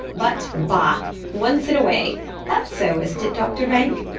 but, bah once in a way that's so, isn't it, doctor rank?